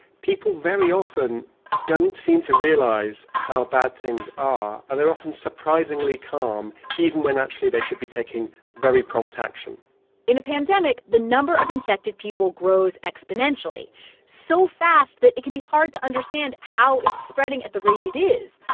people very often don't seem to realize how bad things ah are. they're often surprisingly calm, even when, actually, they should be taking very prompt action in a pandemic, the number of infected people grows exponentially so fast that it can be hard to understand how it's spreading at the rate it is.